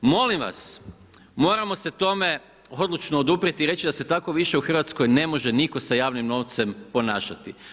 Molim vas moramo se tome odlučno oduprijeti i reći da se tako više u Hrvatskoj ne može nitko sa javnim novcem ponašati.